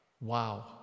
wow